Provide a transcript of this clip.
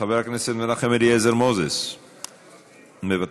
חבר הכנסת מנחם אליעזר מוזס, מוותר,